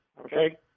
Okay